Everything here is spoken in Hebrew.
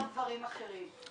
-- או לייצר דברים אחרים.